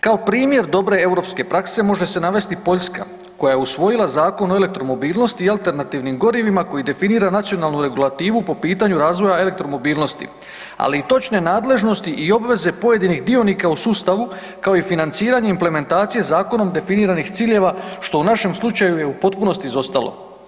Kao primjer dobre europske prakse može se navesti Poljska koja je usvojila Zakon o elektromobilnosti i alternativnim gorivima koji definira nacionalnu regulativu po pitanju razvoja elektromobilnosti ali i točne nadležnosti i obveze pojedinih dionika u sustavu kao i financiranje i implementacije zakonom definiranih ciljeva što u našem slučaju je u potpunosti izostalo.